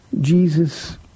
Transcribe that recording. Jesus